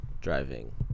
driving